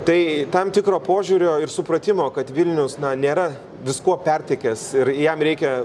tai tam tikro požiūrio ir supratimo kad vilnius nėra viskuo pertekęs ir jam reikia